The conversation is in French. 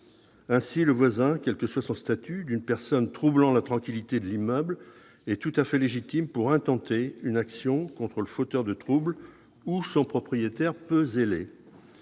Ainsi, le voisin, quel que soit son statut, d'une personne troublant la tranquillité de l'immeuble peut tout à fait légitimement intenter une action contre le fauteur de trouble ou son propriétaire peu zélé.